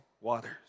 waters